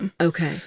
Okay